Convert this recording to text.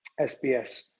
SBS